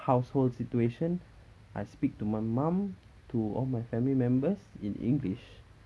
household situation I speak to my mum to all my family members in english